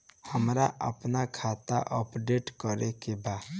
हमरा आपन खाता अपडेट करे के बा